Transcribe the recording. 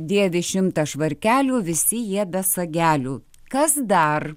dėvi šimtą švarkelių visi jie be sagelių kas dar